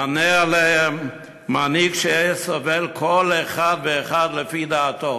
"מנה עליהם מנהיג שיהיה סובל כל אחד ואחד לפי דעתו".